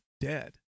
dead